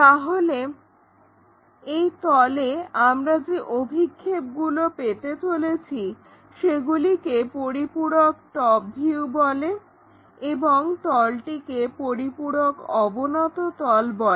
তাহলে এই তলে আমরা যে অভিক্ষেপগুলো পেতে চলেছি সেগুলিকে পরিপূরক টপ ভিউ বলে এবং তলটিকে পরিপূরক অবনত তল বলে